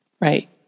Right